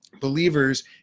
believers